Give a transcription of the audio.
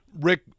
Rick